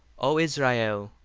o israel,